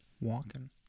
walking